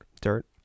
Dirt